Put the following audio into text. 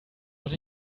doch